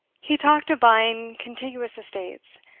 he talked of buying contiguous estates,